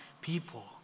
people